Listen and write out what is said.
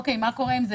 מה קורה עם זה?